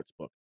sportsbook